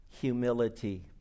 humility